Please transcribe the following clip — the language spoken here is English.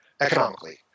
economically